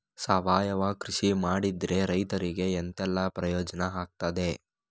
ಸಾವಯವ ಕೃಷಿ ಮಾಡಿದ್ರೆ ರೈತರಿಗೆ ಎಂತೆಲ್ಲ ಪ್ರಯೋಜನ ಆಗ್ತದೆ?